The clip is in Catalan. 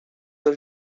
del